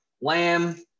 Lamb